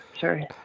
Sorry